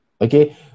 okay